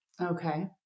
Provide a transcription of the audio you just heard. okay